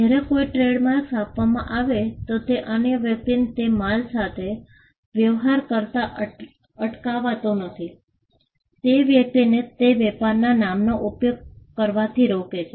જ્યારે જો કોઈ ટ્રેડમાર્ક આપવામાં આવે તો તે અન્ય વ્યક્તિને તે માલ સાથે વ્યવહાર કરતા અટકાવતો નથી તે વ્યક્તિને તે વેપારના નામનો ઉપયોગ કરવાથી રોકે છે